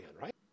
right